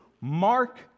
mark